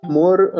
more